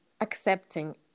accepting